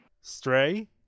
Stray